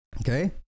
Okay